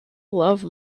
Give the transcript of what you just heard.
love